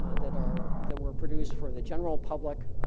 ah that are that were produced for the general public